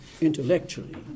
intellectually